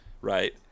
right